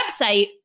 website